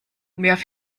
wirf